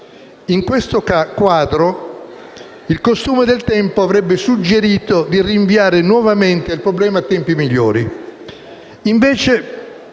In questo quadro, il costume del tempo avrebbe suggerito di rinviare nuovamente il problema a tempi migliori.